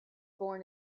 born